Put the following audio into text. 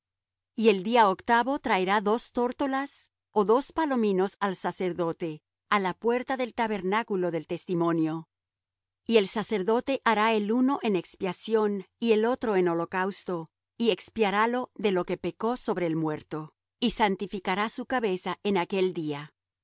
y el día octavo traerá dos tórtolas ó dos palominos al sacerdote á la puerta del tabernáculo del testimonio y el sacerdote hará el uno en expiación y el otro en holocausto y expiarálo de lo que pecó sobre el muerto